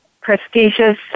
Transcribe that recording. prestigious